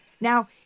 Now